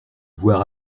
voir